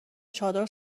چادر